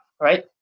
right